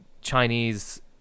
Chinese